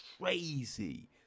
crazy